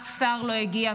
אף שר לא הגיע,